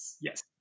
Yes